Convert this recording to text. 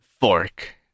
Fork